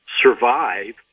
survive